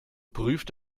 prüft